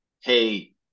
hey